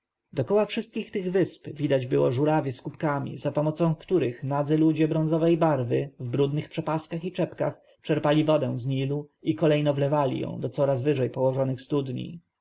dokoła wszystkich tych wysp widać było żórawie z kubłami zapomocą których nadzy ludzie miedzianej barwy w brudnych przepaskach i czepkach czerpali wodę z nilu i kolejno wlewali ją do coraz wyżej położonych studni